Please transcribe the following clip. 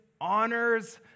honors